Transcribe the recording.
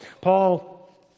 Paul